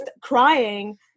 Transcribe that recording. crying